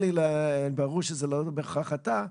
ברור שזה לא בהכרח אתה,